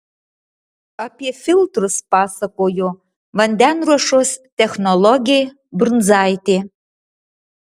apie filtrus pasakojo vandenruošos technologė brunzaitė